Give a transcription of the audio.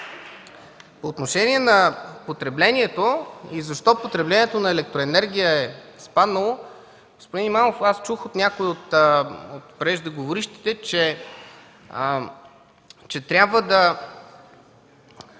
По отношение на потреблението и защо потреблението на електроенергия е спаднало? Господин Имамов, преди малко аз чух от някои от преждеговорившите, че спадът